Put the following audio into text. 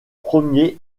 premier